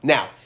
Now